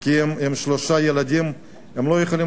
כי הם עם שלושה ילדים והם לא יכולים